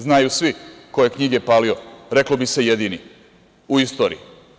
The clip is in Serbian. Znaju svi ko je knjige palio, reklo bi se jedini u istoriji.